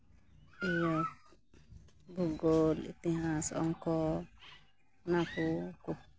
ᱵᱷᱩᱜᱳᱞ ᱤᱛᱤᱦᱟᱥ ᱚᱝᱠᱚ ᱚᱱᱟ ᱠᱚ